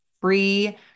free